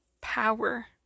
power